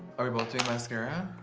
are we both doing mascara?